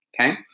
Okay